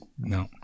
No